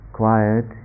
quiet